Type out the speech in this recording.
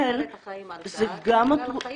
תוחלת החיים עלתה ו --- תראו,